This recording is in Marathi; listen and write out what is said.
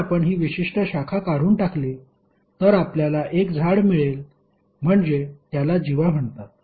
जर आपण ही विशिष्ट शाखा काढून टाकली तर आपल्याला एक झाड मिळेल म्हणजे त्याला जीवा म्हणतात